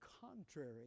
contrary